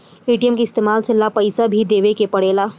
ATM के इस्तमाल ला पइसा भी देवे के पड़ेला